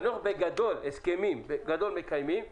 בגדול, מקיימים הסכמים,